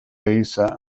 lisa